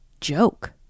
Joke